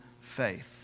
faith